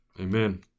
Amen